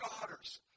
daughters